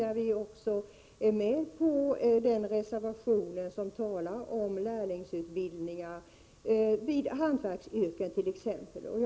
Vi är också med på den reservation som behandlar lärlingsutbildningar it.ex. hantverksyrken.